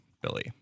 Billy